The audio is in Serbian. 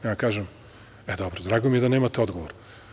Ja kažem – e, dobro, drago mi je da nemate odgovor.